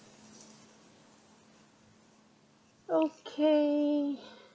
okay